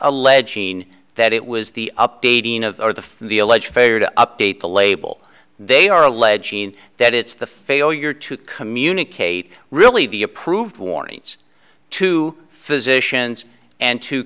alleging that it was the updating of the for the alleged failure to update the label they are alleging that it's the failure to communicate really the approved warnings to physicians and to